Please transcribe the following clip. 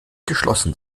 geschlossen